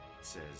says